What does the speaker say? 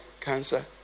cancer